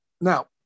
Now